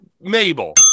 Mabel